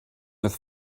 with